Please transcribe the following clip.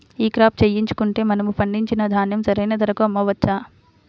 ఈ క్రాప చేయించుకుంటే మనము పండించిన ధాన్యం సరైన ధరకు అమ్మవచ్చా?